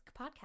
podcast